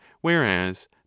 whereas